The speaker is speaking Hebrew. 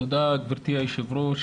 תודה גבירתי היו"ר.